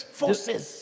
forces